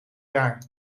jaar